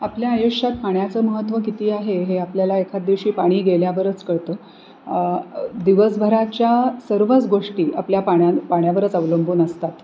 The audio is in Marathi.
आपल्या आयुष्यात पाण्याचं महत्व किती आहे हे आपल्याला एखाद दिवशी पाणी गेल्यावरच कळतं दिवसभराच्या सर्वच गोष्टी आपल्या पाण्यात पाण्यावरच अवलंबून असतात